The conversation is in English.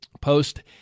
post